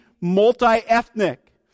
multi-ethnic